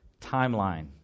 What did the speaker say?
Timeline